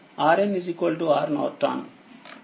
RN Rnorton